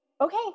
okay